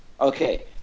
Okay